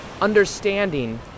understanding